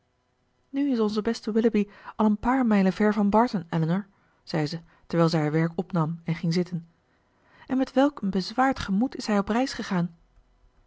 nu is onze beste willoughby al een paar mijlen ver van barton elinor zei ze terwijl zij haar werk opnam en ging zitten en met welk een bezwaard gemoed is hij op reis gegaan